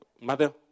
Mother